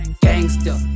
gangster